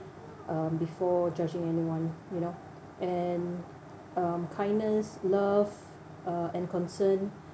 um before judging anyone you know and uh um kindness love uh and concern